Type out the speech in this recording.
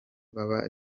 b’aba